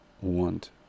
want